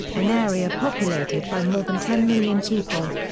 an area populated by more than ten million people.